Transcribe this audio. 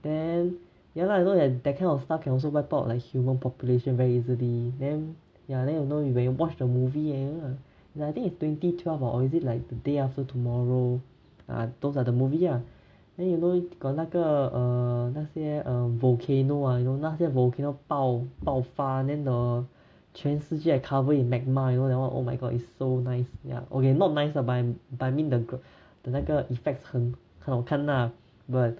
then ya lah you know that that kind of stuff can also wipe out like human population very easily then ya then you know when you watch the movie ya lah ya I think it's twenty twelve or is it like the day after tomorrow ah those are the movie ah then you know got 那个 err 那些 um volcano ah you know 那些 volcano 爆爆发 then the 全世界 cover in magma you know that [one] oh my god is so nice ya okay not nice lah but but I mean the 那个 effects 很好看啦 but